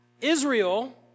Israel